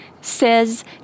says